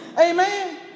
amen